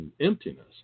emptiness